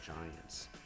giants